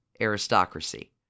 aristocracy